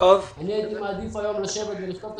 אני הייתי מעדיף היום לשבת ולכתוב את